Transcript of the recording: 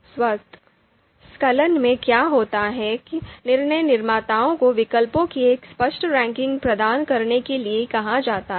स्वत स्खलन में क्या होता है निर्णय निर्माताओं को विकल्पों की एक स्पष्ट रैंकिंग प्रदान करने के लिए कहा जाता है